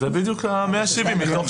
זה בדיוק 170,000 מתוך